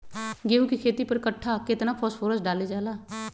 गेंहू के खेती में पर कट्ठा केतना फास्फोरस डाले जाला?